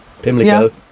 Pimlico